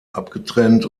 abgetrennt